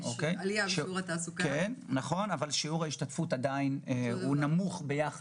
אבל שיעור ההשתתפות הוא עדיין נמוך.